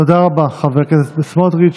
תודה רבה, חבר הכנסת סמוטריץ'.